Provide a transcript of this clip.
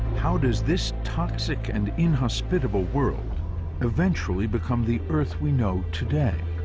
how does this toxic and inhospitable world eventually become the earth we know today?